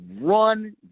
run